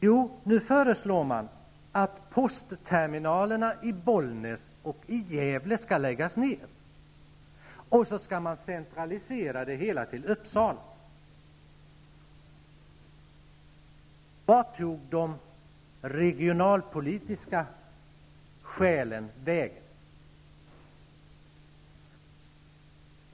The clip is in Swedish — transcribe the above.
Jo, nu föreslår man att postterminalerna i Bollnäs och Gävle skall läggas ner. Verksamheten skall i stället centraliseras och förläggas till Uppsala. Vart tog detta med de regionalpolitiska skälen vägen?